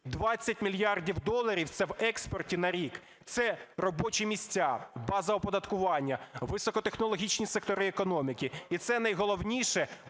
20 мільярдів доларів, це в експорті на рік. Це робочі місця, база оподаткування, високотехнологічні сектори економіки і це найголовніше